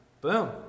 Boom